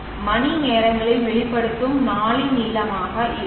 இது மணிநேரங்களில் வெளிப்படுத்தப்படும் நாளின் நீளமாக இருக்கும்